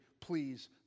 please